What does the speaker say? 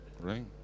Right